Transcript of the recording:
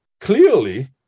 clearly